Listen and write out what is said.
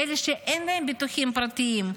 אלה שאין להם ביטוחים פרטיים,